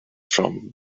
from